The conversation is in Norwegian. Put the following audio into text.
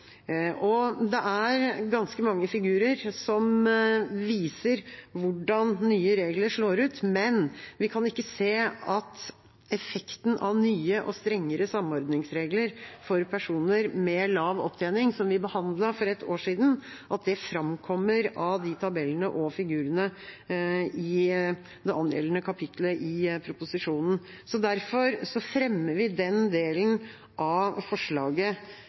Det er ganske mange figurer som viser hvordan nye regler slår ut, men vi kan ikke se at effekten av nye og strengere samordningsregler for personer med lav opptjening som vi behandlet for et år siden, framkommer av tabellene og figurene i det angjeldende kapitlet i proposisjonen. Derfor fremmer vi rett og slett den delen av forslaget